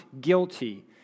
guilty